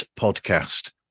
Podcast